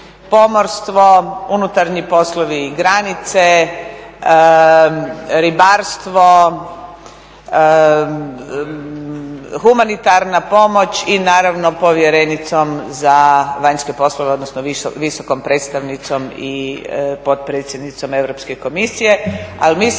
pomorstvo, unutarnji poslovi i granice, ribarstvo, humanitarna pomoć i naravno povjerenicom za vanjske poslove, odnosno visokom predstavnicom i potpredsjednicom Europske komisije,